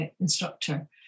instructor